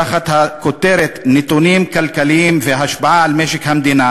תחת הכותרת "נתונים כלכליים והשפעה על משק המדינה"